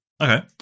Okay